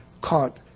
caught